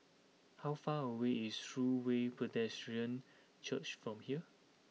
how far away is True Way Pedestrian Church from here